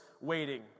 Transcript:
waiting